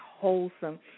wholesome